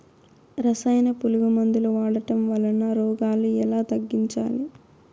రసాయన పులుగు మందులు వాడడం వలన రోగాలు ఎలా తగ్గించాలి?